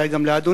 אולי גם לאדוני,